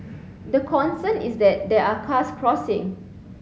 the concern is that there are cars crossing